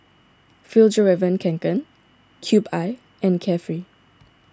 Fjallraven Kanken Cube I and Carefree